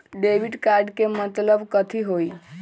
Debit card के मतलब कथी होई?